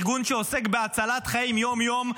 ארגון שעוסק בהצלת חיים יום-יום,